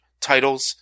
Titles